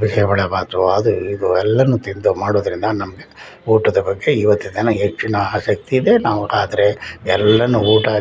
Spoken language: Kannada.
ಬಿಸಿ ಬೇಳೆಬಾತು ಅದು ಇದು ಎಲ್ಲವೂ ತಿಂದು ಮಾಡೋರಿಂದ ನಮಗೆ ಊಟದ ಬಗ್ಗೆ ಈವತ್ತು ದಿನ ಹೆಚ್ಚಿನ ಆಸಕ್ತಿಯಿದೆ ನಾವು ಆದರೆ ಎಲ್ಲವೂ ಊಟ ಆದ